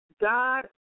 God